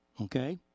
okay